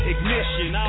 Ignition